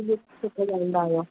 मुंजो पुटु गॾु में सुठा ॻाईंदो हुयो